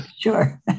sure